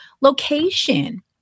Location